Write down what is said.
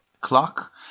clock